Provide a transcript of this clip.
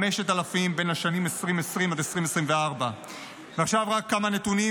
5,000 בין השנים 2020 עד 2024. ועכשיו רק כמה נתונים